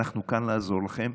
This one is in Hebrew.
אנחנו כאן לעזור לכם,